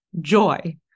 joy